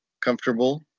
comfortable